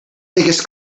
biggest